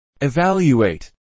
Evaluate